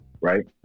right